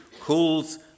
calls